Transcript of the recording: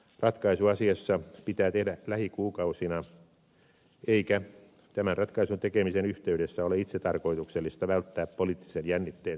ratkaisu asiassa pitää tehdä lähikuukausina eikä tämän ratkaisun tekemisen yhteydessä ole itsetarkoituksellista välttää poliittisen jännitteen syntymistä